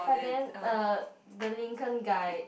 but then uh the Lincoln guy